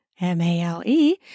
M-A-L-E